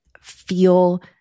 feel